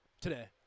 today